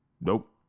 nope